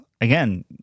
Again